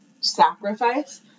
sacrifice